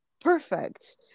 perfect